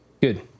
Good